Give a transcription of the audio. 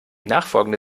nachfolgende